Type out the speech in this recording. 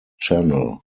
channel